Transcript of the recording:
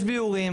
יש ביאורים,